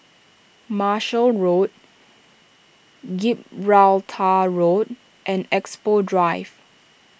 Marshall Road Gibraltar Road and Expo Drive